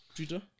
Twitter